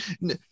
no